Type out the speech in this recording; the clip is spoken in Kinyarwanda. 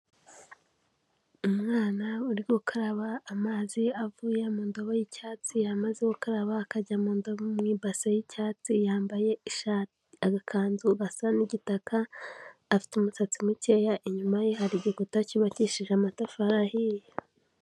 Umwana uri gukaraba amazi avuye mu ndobo y'icyatsi yamaze gukaraba akajya mu ndo mu ibase y'icyatsi yambaye ishati, agakanzu gasa n'igitaka afite umusatsi mukeya inyuma ye hari igikuta cyubakishije amatafari ahiye.